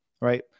right